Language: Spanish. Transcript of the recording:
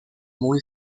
muy